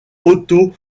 otto